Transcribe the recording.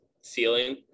ceiling